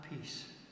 peace